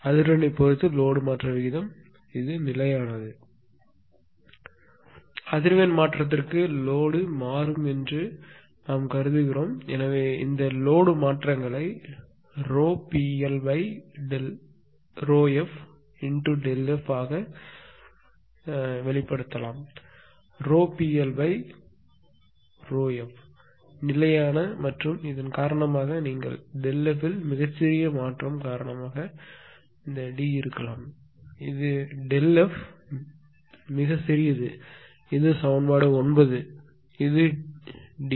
அதிர்வெண்ணைப் பொறுத்து லோடு மாற்ற விகிதம் நிலையானது அதிர்வெண் மாற்றத்திற்கு லோடு மாறும் என்று நாம் கருதுகிறோம் எனவே இந்த லோடு மாற்றங்களை PL∂fΔf ஆக வெளிப்படுத்தலாம் PL∂f நிலையான மற்றும் இதன் காரணமாக நீங்கள் Δf இல் மிகச் சிறிய மாற்றம் காரணமாக D இருக்கலாம் இது Δf ஆக மிகச் சிறியது இது சமன்பாடு 9 இவை D